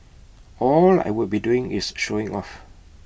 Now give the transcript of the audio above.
all I would be doing is showing off